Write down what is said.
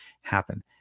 happen